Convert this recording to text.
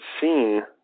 seen